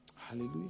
Hallelujah